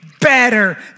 better